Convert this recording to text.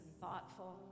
thoughtful